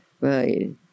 Right